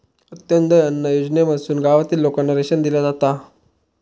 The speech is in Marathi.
अंत्योदय अन्न योजनेमधसून गावातील लोकांना रेशन दिला जाता